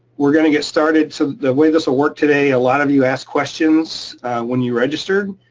we're gonna get started. so the way this will work today, a lot of you asked questions when you registered,